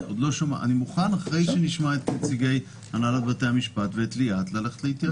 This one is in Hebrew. אני מוכן אחרי שנשמע את נציגי הנהלת בתי המשפט ואת ליאת ללכת להתייעצות.